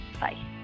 Bye